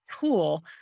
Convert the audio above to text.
tool